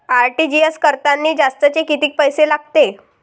RTGS करतांनी जास्तचे कितीक पैसे लागते?